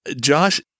Josh